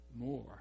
more